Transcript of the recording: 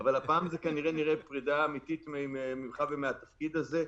אבל הפעם זו נראית פרידה אמיתית ממך ומהתפקיד הזה.